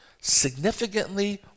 significantly